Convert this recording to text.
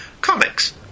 comics